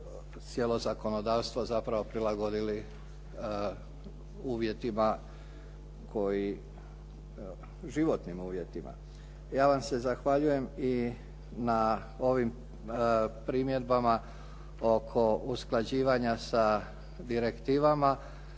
cijelo zakonodavstvo zapravo prilagodili uvjetima koji, životnim uvjetima. Ja vam se zahvaljujem i na ovim primjedbama oko usklađivanja sa direktivama.